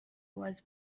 was